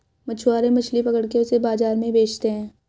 मछुआरे मछली पकड़ के उसे बाजार में बेचते है